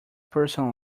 person